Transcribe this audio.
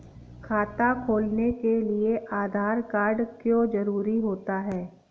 खाता खोलने के लिए आधार कार्ड क्यो जरूरी होता है?